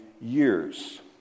years